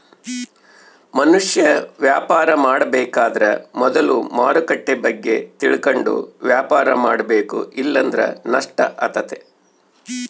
ಮನುಷ್ಯ ವ್ಯಾಪಾರ ಮಾಡಬೇಕಾದ್ರ ಮೊದ್ಲು ಮಾರುಕಟ್ಟೆ ಬಗ್ಗೆ ತಿಳಕಂಡು ವ್ಯಾಪಾರ ಮಾಡಬೇಕ ಇಲ್ಲಂದ್ರ ನಷ್ಟ ಆತತೆ